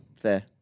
fair